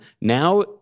Now